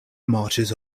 marches